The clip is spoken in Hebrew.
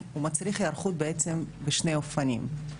הוא מצריך היערכות בשני אופנים.